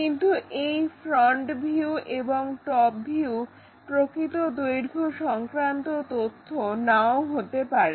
কিন্তু এই front view এবং টপ ভিউ প্রকৃত দৈর্ঘ্য সংক্রান্ত তথ্য নাও হতে পারে